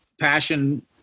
passion